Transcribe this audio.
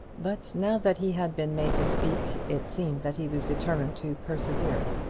but now that he had been made to speak, it seemed that he was determined to persevere.